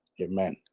Amen